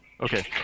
Okay